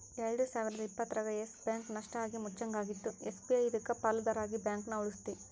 ಎಲ್ಡು ಸಾವಿರದ ಇಪ್ಪತ್ತರಾಗ ಯಸ್ ಬ್ಯಾಂಕ್ ನಷ್ಟ ಆಗಿ ಮುಚ್ಚಂಗಾಗಿತ್ತು ಎಸ್.ಬಿ.ಐ ಇದಕ್ಕ ಪಾಲುದಾರ ಆಗಿ ಬ್ಯಾಂಕನ ಉಳಿಸ್ತಿ